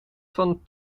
van